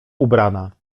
ubrana